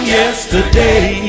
yesterday